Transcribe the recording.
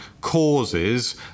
causes